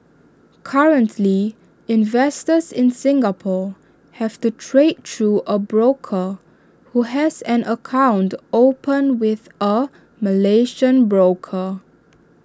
currently investors in Singapore have to trade through A broker who has an account opened with A Malaysian broker